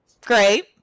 great